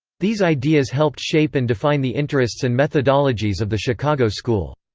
these ideas helped shape and define the interests and methodologies of the chicago school.